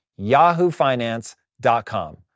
yahoofinance.com